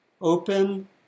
Open